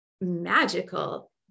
magical